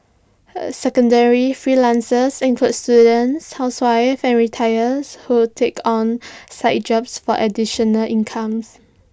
secondary freelancers include students housewives or retire who take on side jobs for additional income